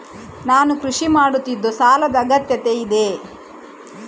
ನಾನು ಕೃಷಿ ಮಾಡುತ್ತಿದ್ದು ಸಾಲದ ಅಗತ್ಯತೆ ಇದೆ?